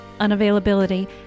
unavailability